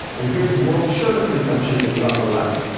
and here's world sugar consumption in the upper left,